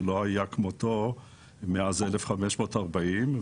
שלא היה כמותו מאז 1540,